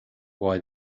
why